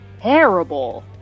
terrible